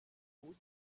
woot